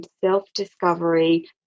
self-discovery